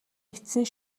эцсийн